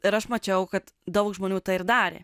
ir aš mačiau kad daug žmonių tą ir darė